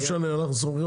לכן בשמו אני יכול לומר